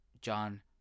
John